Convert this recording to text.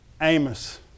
Amos